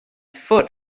foot